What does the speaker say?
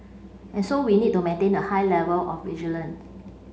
and so we need to maintain a high level of vigilant